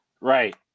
Right